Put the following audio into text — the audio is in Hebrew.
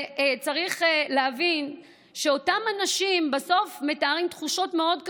וצריך להבין שאותם אנשים בסוף מתארים תחושות קשות מאוד.